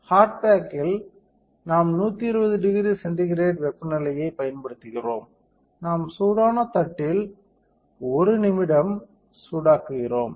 heart பேக்கில் நாம் 1200 C வெப்பநிலையைப் பயன்படுத்துகிறோம் நாம் சூடான தட்டில் 1 நிமிடம் சூடாக்குகிறோம்